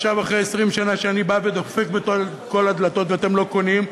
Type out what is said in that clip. עכשיו אחרי 20 שנה שאני בא ודופק בכל הדלתות ואתם לא קונים?